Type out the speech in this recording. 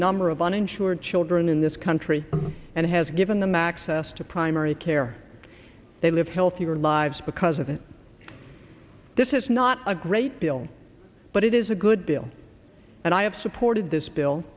number of uninsured children in this country and has given them access to primary care they live healthier lives because of it this is not a great bill but it is a good bill and i have supported this bill